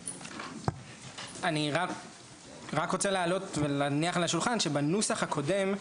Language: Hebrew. אני רק רוצה להעלות ולהניח על השולחן שבנוסח הקודם,